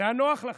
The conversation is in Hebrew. זה היה נוח לכם,